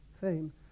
fame